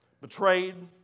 betrayed